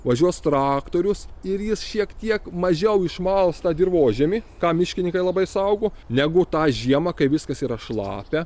važiuos traktorius ir jis šiek tiek mažiau išmals tą dirvožemį ką miškininkai labai saugo negu tą žiemą kai viskas yra šlapia